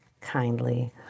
kindly